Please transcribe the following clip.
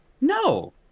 No